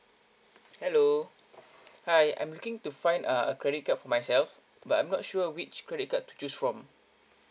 hello hi I'm looking to find uh a credit card for myself but I'm not sure which credit card to choose from